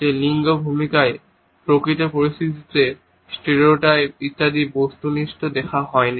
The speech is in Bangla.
যে লিঙ্গ ভূমিকার প্রকৃত পরিস্থিতি স্টেরিওটাইপ ইত্যাদি বস্তুনিষ্ঠভাবে দেখা হয়নি